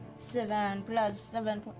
seven plus seven.